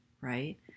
right